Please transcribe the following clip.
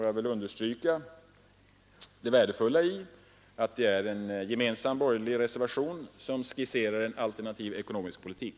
Jag vill understryka det värdefulla i att det är en gemensam borgerlig reservation som skisserar en alternativ ekonomisk politik.